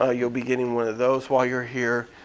ah you'll be getting one of those while you're here.